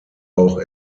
auch